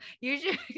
Usually